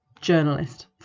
journalist